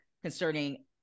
concerning